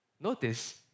Notice